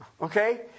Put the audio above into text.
Okay